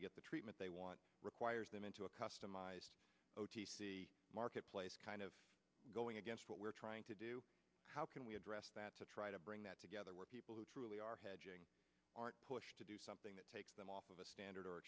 to get the treatment they want requires them into a customized marketplace kind of going against what we're trying to do how can we address that to try to bring that together where people who truly are hedging aren't pushed to do something that takes them off of a standard or